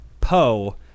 Poe